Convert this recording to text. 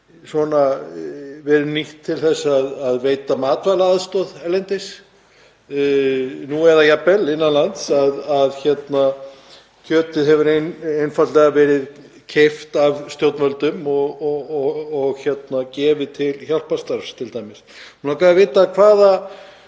verið nýtt til að veita aðstoð erlendis, eða jafnvel innan lands. Kjötið hefur einfaldlega verið keypt af stjórnvöldum og gefið til hjálparstarfs. Mig